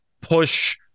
push